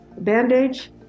bandage